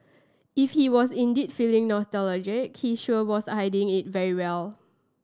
if he was indeed feeling nostalgic he sure was hiding it very well